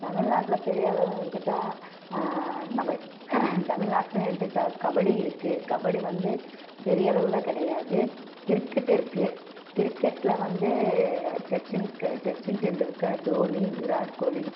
தமிழ்நாட்டில் பெரியளவுன்னு எடுத்துகிட்டா நம்ப தமிழ்நாட்டிலன் எடுத்துக்கிட்டா கபடி இருக்கு கபடி வந்து பெரியளவில் கிடையாது கிரிக்கெட் இருக்கு கிரிக்கெட்டில் வந்து சச்சின் க சச்சின் டெண்டுல்கர் தோனி விராட்கோலி